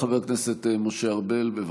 חבר הכנסת משה ארבל, בבקשה.